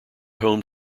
home